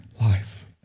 life